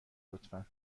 لطفا